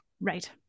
Right